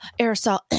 aerosol